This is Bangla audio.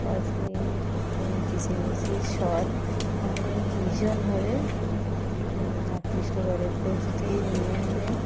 পাখির এই কিচিরমিচির স্বর আমাদেরকে ভীষণভাবে আকৃষ্ট করে প্রকৃতির নিয়মে